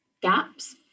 gaps